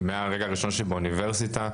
מהרגע הראשון שלי באוניברסיטה,